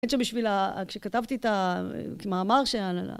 האמת שבשביל, כשכתבתי את המאמר ש...